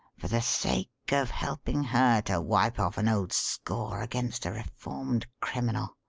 for the sake of helping her to wipe off an old score against a reformed criminal.